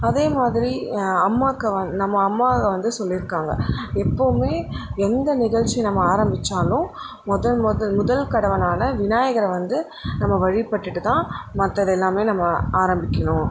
அதே மாதிரி அம்மாக்க நம்ம அம்மாங்க வந்து சொல்லிருக்காங்க எப்பவுமே எந்த நிகழ்ச்சி நம்ம ஆரமிச்சாலும் முதல் முதல் முதல் கடவுளான விநாயகரை வந்து நம்ம வழிபட்டுட்டு தான் மற்றதெல்லாமே வந்து நம்ம ஆரம்மிக்கணும்